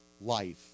life